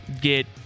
get